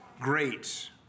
great